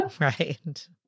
Right